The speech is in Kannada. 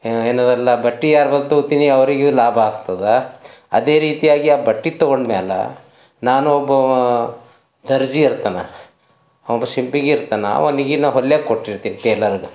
ಏನು ಏನದೆಲ್ಲ ಬಟ್ಟೆ ತೊಗೊಳ್ತೀನಿ ಅವರಿಗೂ ಲಾಭ ಆಗ್ತದೆ ಅದೇ ರೀತಿಯಾಗಿ ಆ ಬಟ್ಟೆ ತೊಗೊಂಡು ಮೇಲೆ ನಾನು ಒಬ್ಬವಾ ದರ್ಜಿ ಇರ್ತಾನೆ ಒಬ್ಬ ಸಿಂಪಿಗಿ ಇರ್ತಾನ ಅವನಿಗೆ ನಾನು ಹೊಲೆಯೋಕೆ ಕೊಟ್ಟಿರ್ತೀನಿ ಟೇಲರ್ಗೆ